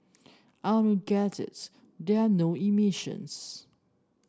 I don't get it there are no emissions